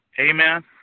Amen